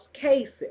cases